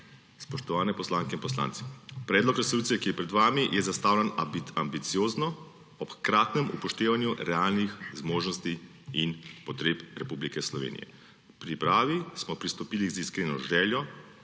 Spoštovane poslanke in poslanci! Predlog resolucije, ki je pred vami je zastavljen ambiciozno ob hkratnem upoštevanju realnih zmožnosti in potreb Republike Slovenije. K pripravi smo pristopili z iskreno željo